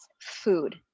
food